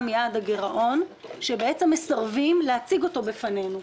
מיעד הגירעון שמסרבים להציג אותו בפנינו.